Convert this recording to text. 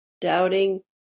doubting